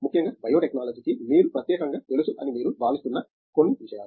ముఖ్యంగా బయోటెక్నాలజీకి మీకు ప్రత్యేకంగా తెలుసు అని మీరు భావిస్తున్న కొన్ని విషయాలు